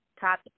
top